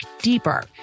deeper